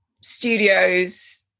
studios